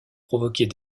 provoquer